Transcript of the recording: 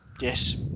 Yes